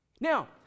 Now